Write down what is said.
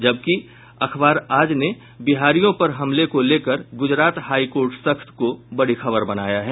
जबकि अखबार आज ने बिहारियों पर हमले को लेकर गुजरात हाई कोर्ट सख्त को बड़ी खबर बनाया है